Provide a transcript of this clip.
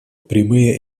прямые